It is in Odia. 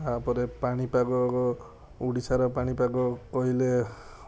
ତା ପରେ ପାଣିପାଗ ଓଡ଼ିଶାର ପାଣିପାଗ କହିଲେ